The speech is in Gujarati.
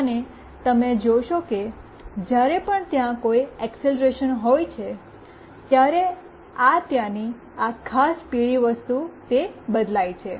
અને તમે જોશો કે જ્યારે પણ ત્યાં કોઈ એકસેલરેશન હોય છે ત્યારે ખાસ પીળી વસ્તુ જે ત્યાં છે તે બદલાય છે